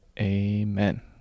Amen